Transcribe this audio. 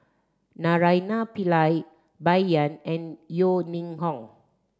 Naraina Pillai Bai Yan and Yeo Ning Hong